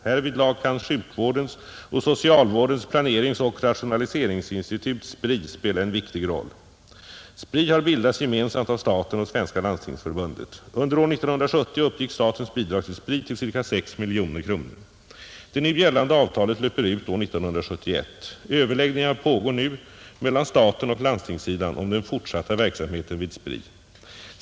Härvidlag kan Sjukvårdens och socialvårdens planeringsoch rationaliseringsinstitut spela en viktig roll. SPRI har bildats gemensamt av staten och Svenska landstingsförbundet. Under år 1970 uppgick statens bidrag till SPRI till ca 6 miljoner kronor. Det gällande avtalet löper ut år 1971. Överläggningar pågår nu mellan staten och landstingssidan om den fortsatta verksamheten vid SPRI.